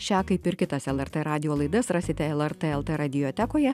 šią kaip ir kitas lrt radijo laidas rasite lrt lt radiotekoje